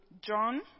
John